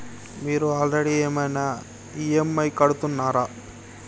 మీరు ఆల్రెడీ ఏమైనా ఈ.ఎమ్.ఐ కడుతున్నారా?